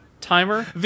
timer